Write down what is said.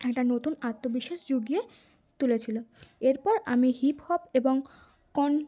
একটা নতুন আত্মবিশ্বাস জুগিয়ে তুলেছিল এরপর আমি হিপ হপ এবং কন